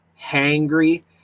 hangry